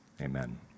Amen